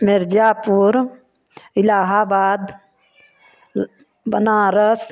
Mirzapur Allahabad Banaras